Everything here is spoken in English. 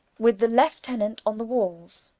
with the lieutenant on the walles.